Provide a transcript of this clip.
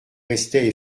restaient